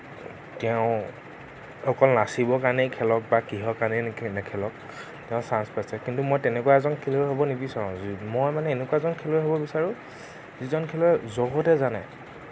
তেওঁ অকল নাচিবৰ কাৰণেই খেলক বা কিহৰ কাৰণেই নেখেলক তেওঁ চাঞ্চ পাইছে কিন্তু মই তেনেকুৱা এজন খেলুৱৈ হ'ব নিবিচাৰোঁ মই মানে এনেকুৱা এজন খেলুৱৈ হ'ব বিচাৰোঁ যিজন খেলুৱৈ জগতে জানে